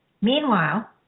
Meanwhile